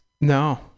no